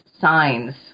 signs